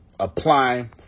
Apply